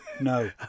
no